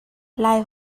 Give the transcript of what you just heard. lai